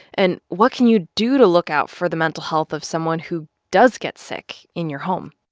and what can you do to look out for the mental health of someone who does get sick in your home?